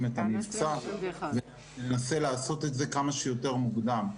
את המבצע וננסה לעשות את זה כמה שיותר מוקדם.